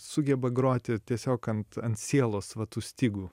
sugeba groti tiesiog ant ant sielos va tų stygų